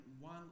one